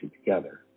together